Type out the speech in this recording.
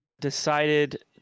decided